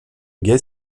gay